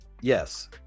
yes